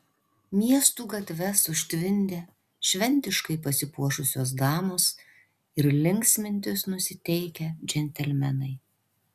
miestų gatves užtvindė šventiškai pasipuošusios damos ir linksmintis nusiteikę džentelmenai